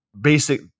basic